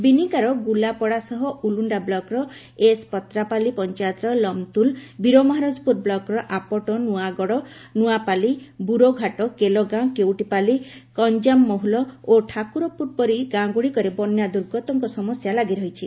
ବିନିକାର ଗୁଲାପଡା ସହ ଉଲୁଖା ବ୍ଲକର ଏସ ପତ୍ରାପାଲି ପଞାୟତର ଲମତୁଲ ବୀରମହାରାଜପୁର ବ୍ଲକର ଆପଟ ନୂଆଁଗଡ ନୂଆଁପାଲି ବୁରୋଘାଟ କେଲଗାଁ କେଉଟିପାଲି କୁଞ୍ଞାମହୁଲ ଓ ଠାକୁରପୁର ପରି ଗାଁଗୁଡିକରେ ବନ୍ୟା ଦୁର୍ଗତଙ୍କ ସମସ୍ୟା ଲାଗି ରହିଛି